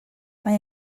mae